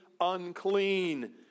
unclean